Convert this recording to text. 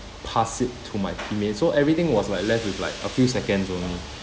passed it to my teammate so everything was like left with like a few seconds only